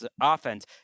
offense